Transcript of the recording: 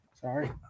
Sorry